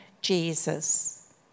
Jesus